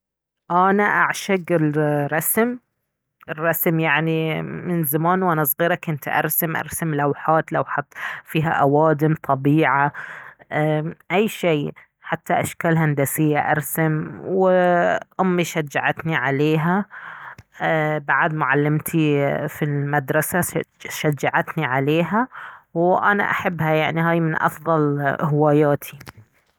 انا اعشق الرسم الرسم يعني من زمان وانا صغيرة كنت ارسم ارسم لوحات لوحات فيها اوادم طبيعه ايه اي شي حتى اشكال هندسية ارسم وامي شجعتني عليها ايه بعد معلمتي في المدرسة شجعتني عليها وانا احبها يعني هاي من افضل هواياتي